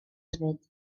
hefyd